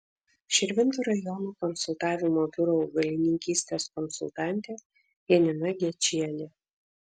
širvintų rajono konsultavimo biuro augalininkystės konsultantė janina gečienė